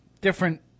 different